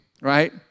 right